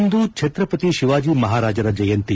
ಇಂದು ಛತ್ರಪತಿ ಶಿವಾಜಿ ಮಹಾರಾಜರ ಜಯಂತಿ